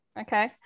Okay